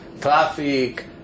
traffic